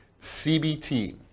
CBT